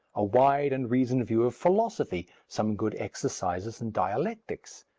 a wide and reasoned view of philosophy, some good exercises in dialectics,